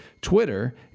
Twitter